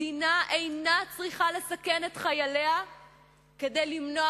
מדינה אינה צריכה לסכן את חייליה כדי למנוע